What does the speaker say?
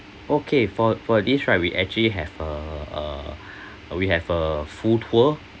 okay for for this right we actually have a uh uh we have a food tour